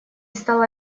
стало